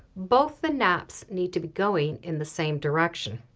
both the naps need to be going in the same direction.